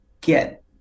get